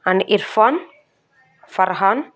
and Irfan Farhan